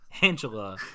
Angela